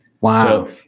Wow